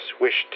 wished